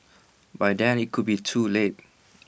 by then IT could be too late